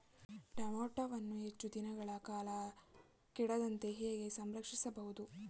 ಟೋಮ್ಯಾಟೋವನ್ನು ಹೆಚ್ಚು ದಿನಗಳ ಕಾಲ ಕೆಡದಂತೆ ಹೇಗೆ ಸಂರಕ್ಷಿಸಬಹುದು?